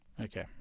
Okay